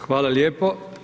Hvala lijepo.